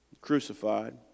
crucified